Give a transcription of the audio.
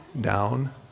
down